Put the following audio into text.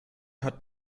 hat